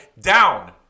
down